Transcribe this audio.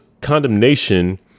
condemnation